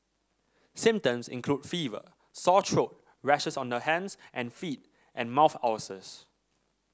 symptoms include fever sore throat rashes on the hands and feet and mouth ulcers